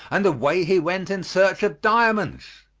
and away he went in search of diamonds.